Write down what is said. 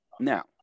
Now